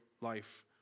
life